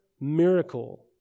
miracle